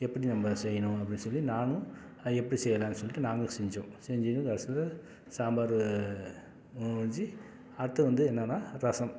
எப்படி நம்ப செய்யணும் அப்படின்னு சொல்லி நானும் அதை எப்படி செய்யலான்னு சொல்லிவிட்டு நாங்களும் செஞ்சோம் செஞ்சிவிட்டு கடைசியில சாம்பார் முடிஞ்சு அடுத்தது வந்து என்னான்னா ரசம்